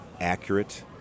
accurate